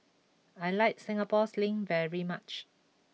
I like Singapore Sling very much